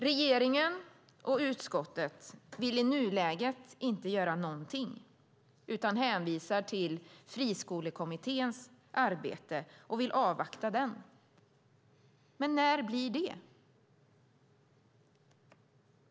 Regeringen och utskottet vill i nuläget inte göra någonting utan hänvisar till Friskolekommitténs arbete och vill avvakta det. Men när blir det?